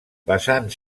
basant